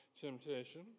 temptation